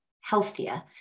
healthier